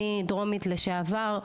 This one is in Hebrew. אני דרומית לשעבר,